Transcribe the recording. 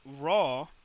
Raw